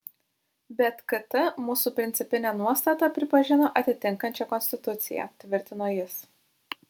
bet kt mūsų principinę nuostatą pripažino atitinkančia konstituciją tvirtino jis